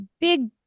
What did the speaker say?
big